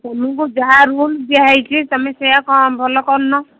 ତୁମକୁ ଯାହା ରୁଲ ଦିଆ ହେଇଛି ତୁମେ ସେଇଆ କ'ଣ ଭଲ କରୁନ